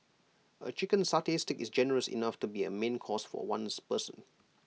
A chicken satay Stick is generous enough to be A main course for one person